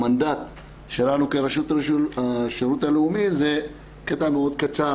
המנדט שלנו כרשות השירות הלאומי זה קטע מאוד קצר,